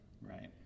right